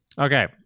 Okay